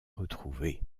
retrouvés